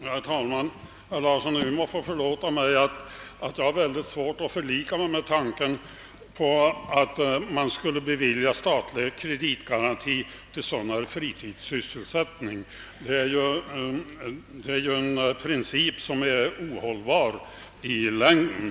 Herr talman! Herr Larsson i Umeå får förlåta mig att jag har mycket svårt att förlika mig med tanken att man skulle bevilja statlig kreditgaranti till sådan här fritidssysselsättning. Det är ju en princip som måste bli ohållbar i längden.